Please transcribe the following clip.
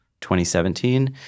2017